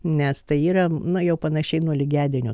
nes tai yra na jau panašiai nuo lygiadienio